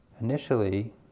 initially